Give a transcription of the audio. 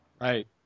right